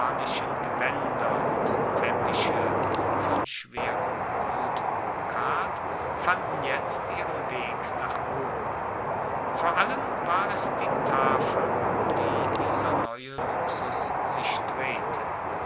gewaender und teppiche von schwerem goldbrokat fanden jetzt ihren weg nach rom vor allem war es die tafel um die dieser neue luxus sich drehte